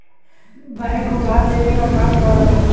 bank उधार देवे क काम करला